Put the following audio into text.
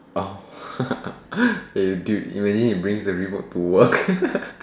orh the you dude imagine he brings the remote to work